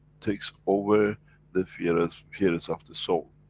takes over the fears, fears of the soul,